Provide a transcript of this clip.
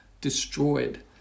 destroyed